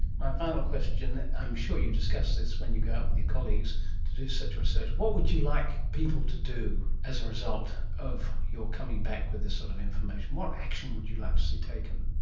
my final question, i'm sure you discuss this when you go out with your colleagues to do such research what would you like people to do as a result of your coming back with this sort of information? what action would you like to see taken?